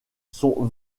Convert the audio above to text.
sont